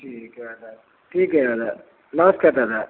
ठीक है दादा ठीक है दादा नमस्कार दादा